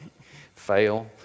fail